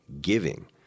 giving